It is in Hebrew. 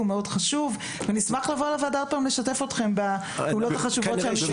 הוא הנושא של לימוד משותף שקצת נגע בו כאן